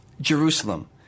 Jerusalem